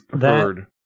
heard